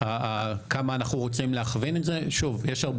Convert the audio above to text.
ביעדים שהיינו רוצים; אבל בסוף יש פה